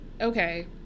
Okay